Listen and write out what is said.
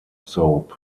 soap